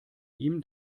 ihm